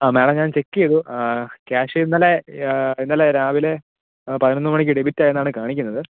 ആ മേഡം ഞാൻ ചെക്ക് ചെയ്തു ക്യാഷ് ഇന്നലെ ഇന്നലെ രാവിലെ പതിനൊന്ന് മണിക്ക് ഡെബിറ്റായെന്നാണ് കാണിക്കുന്നത്